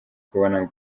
kubona